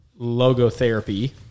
logotherapy